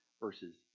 versus